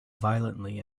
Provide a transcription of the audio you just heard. violently